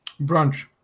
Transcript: Brunch